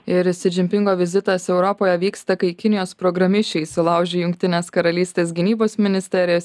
ir si džimpingo vizitas europoje vyksta kai kinijos programišiai įsilaužė į jungtinės karalystės gynybos ministerijos